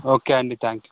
okay అండి thank you